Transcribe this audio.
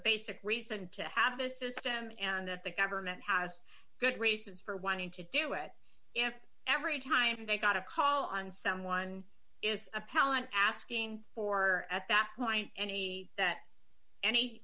basic reason to have a system and that the government has good reasons for wanting to do it if every time they got a call on someone is appellant asking for at that point any that any